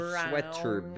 sweater